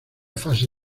fase